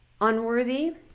unworthy